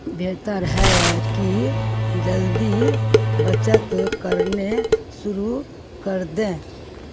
بہتر ہے کہ جلدی بچت کرنے شروع کردیں